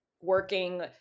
working